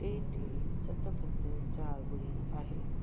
टे टे सत पंज चार ॿुड़ी आहे